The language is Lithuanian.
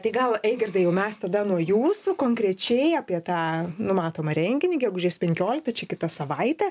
tai gal eigirdai jau mes tada nuo jūsų konkrečiai apie tą numatomą renginį gegužės penkioliktą čia kitą savaitę